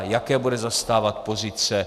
Jaké bude zastávat pozice?